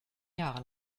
jahre